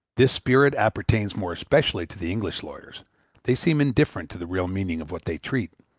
this spirit appertains more especially to the english lawyers they seem indifferent to the real meaning of what they treat,